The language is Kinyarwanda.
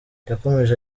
yakomeje